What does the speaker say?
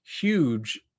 huge